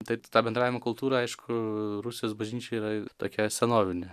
taip ta bendravimo kultūra aišku rusijos bažnyčioj yra tokia senovinė